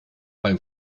beim